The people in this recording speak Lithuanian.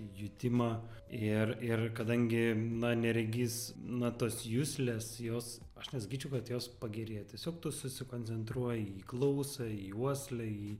jutimą ir ir kadangi na neregys na tos juslės jos aš nesakyčiau kad jos pagerėja tiesiog tu susikoncentruoji į klausą į uoslę į